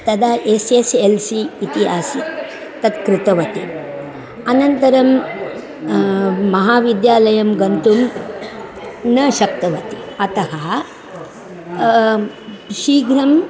तदा S S L C इति आसीत् तत् कृतवती अनन्तरं महाविद्यालयं गन्तुं न शक्तवती अतः शीघ्रम्